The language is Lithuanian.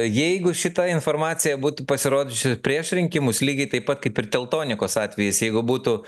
jeigu šita informacija būtų pasirodžiusi prieš rinkimus lygiai taip pat kaip ir teltonikos atvejis jeigu būtų